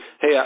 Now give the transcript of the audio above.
Hey